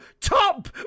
top